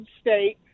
state